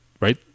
right